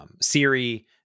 Siri